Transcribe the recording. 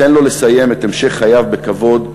תן לו לסיים את המשך חייו בכבוד,